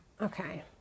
Okay